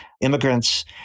immigrants